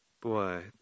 Boy